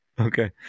okay